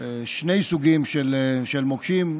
שני סוגים של מוקשים,